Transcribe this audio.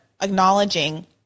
acknowledging